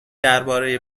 درباره